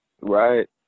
right